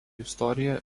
istorija